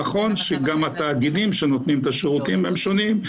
נכון שגם התאגידים שנותנים את השירותים הם שונים,